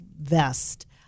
vest